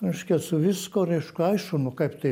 reiškia su viskuo reiškia aišku nu kaip tai